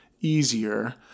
easier